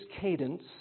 cadence